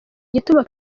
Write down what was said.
igituma